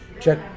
check